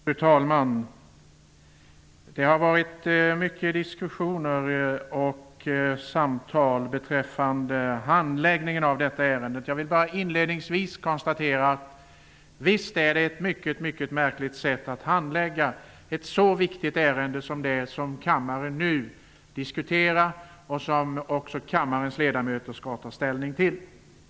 Fru talman! Det har förts många diskussioner och samtal beträffande handläggningen av detta ärende. Jag vill bara inledningsvis konstatera att sättet att handlägga ett så viktigt ärende som det kammaren nu diskuterar och som kammarens ledamöter skall ta ställning till har varit mycket märkligt.